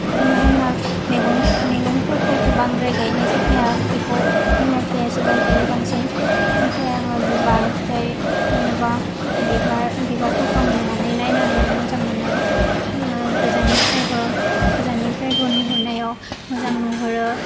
मानो होनबा मेगं मेगंफोरखौथ' बांद्राय गायनाय जाखाया बेखौ बिमा बिफायासो गायखायो बांसिन ओमफ्राय आङो बिबार फिथाइ जेनबा बिबार बिबारफोरखौ आं नुनानै नायनानैनो मोजां मोनो ओ गोजाननिफ्रायबो गोजाननिफ्रायबो नुहरनायाव मोजां नुहरो